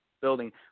building